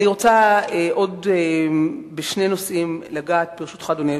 אני רוצה לגעת, ברשותך, אדוני היושב-ראש,